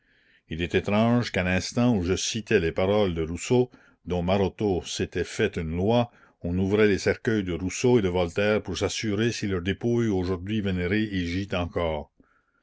il est étrange qu'à l'instant où je citais les paroles de rousseau dont maroteau s'était fait une loi on ouvrait les cercueils de rousseau et de voltaire pour s'assurer si leur dépouille aujourd'hui vénérée y gît encore